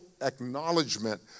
acknowledgement